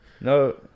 no